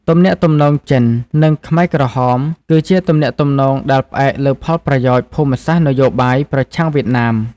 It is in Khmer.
ទំនាក់ទំនងចិន-ខ្មែរក្រហម គឺជាទំនាក់ទំនងដែលផ្អែកលើផលប្រយោជន៍ភូមិសាស្ត្រនយោបាយប្រឆាំងវៀតណាម។